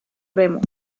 remos